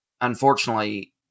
unfortunately